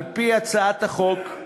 על-פי הצעת החוק,